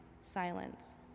silence